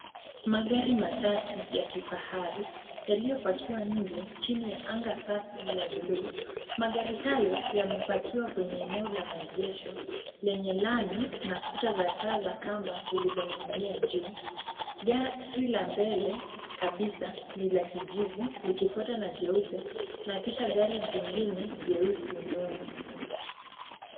Magari matatu ya kifahari yaliyopakiwa nje chini ya anga safi ya bluu. Magari hayo yamepakiwa kwenye eneo la maegesho lenye lami na kuta za taa za kamba zilizoning'inia juu. Gari la mbele kabisa ni la kijivu likifuatwa na jeupe na kisha gari jingine jeusi nyuma.